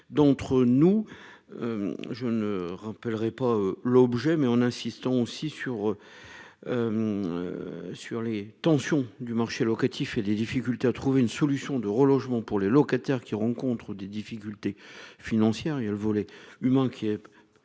D'entre nous. Je ne rappellerai pas l'objet mais en insistant aussi sur. Sur les tensions du marché locatif et des difficultés à trouver une solution de relogement pour les locataires qui rencontrent des difficultés financières, il y a le volet humain qui est